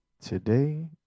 Today